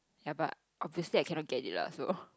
ya but obviously I cannot get it lah so